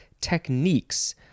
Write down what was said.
techniques